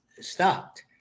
stopped